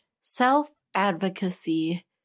Self-advocacy